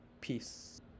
Peace